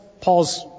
Paul's